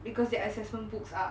because their assessment books are